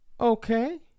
okay